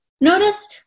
Notice